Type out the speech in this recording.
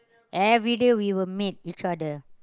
everyday we will meet each other